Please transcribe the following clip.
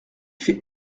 fait